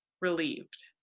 relieved